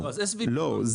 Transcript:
לא,